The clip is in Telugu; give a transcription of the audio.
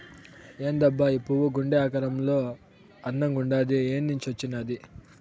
ఏందబ్బా ఈ పువ్వు గుండె ఆకారంలో అందంగుండాది ఏన్నించొచ్చినాది